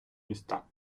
міста